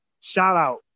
shout-out